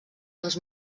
les